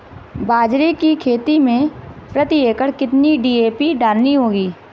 बाजरे की खेती में प्रति एकड़ कितनी डी.ए.पी डालनी होगी?